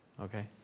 Okay